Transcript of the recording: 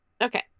okay